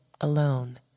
alone